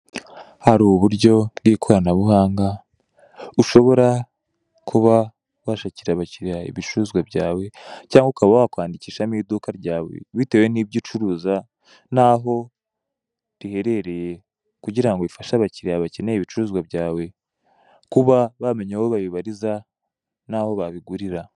Hari uburyo bw'ikoranabuhanga bushobora kuba washakira abakiliya ibicuruzwa byawe cyangwa ukaba wakwandikishamo iduka ryawe bitewe n'ibyo ucuruza n'aho riherereye kugira ngo rifashe abakiliya bakeneye ibicuruzwa byawe kuba bamenya aho babibariza naho babigurira.